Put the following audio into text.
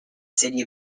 city